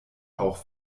auch